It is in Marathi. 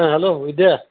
हा हॅलो विद्या